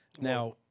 Now